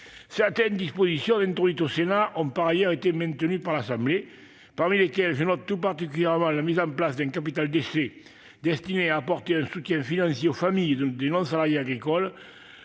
certaines dispositions introduites au Sénat ont été maintenues par l'Assemblée nationale. Je pense tout particulièrement à la mise en place d'un capital décès, destiné à apporter un soutien financier aux familles des non-salariés agricoles,